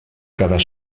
quedar